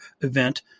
event